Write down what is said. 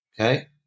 Okay